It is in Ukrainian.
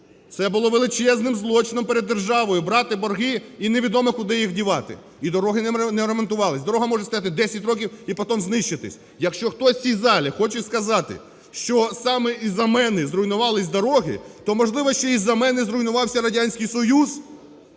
Це було величезним злочином перед державою: брати борги і невідомо куди їх дівати, і дороги не ремонтувалися, дорога може стояти 10 років і потім знищитися. Якщо хтось в цій залі хоче сказати, що саме із-за мене зруйнувалися дороги, то, можливо, що із-за мене зруйнувався Радянський Союз?